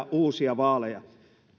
virkoja uusia vaaleja